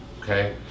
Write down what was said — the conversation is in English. Okay